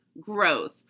growth